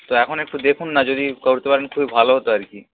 তা এখন একটু দেখুন না যদি করতে পারেন খুবই ভালো হতো আর কি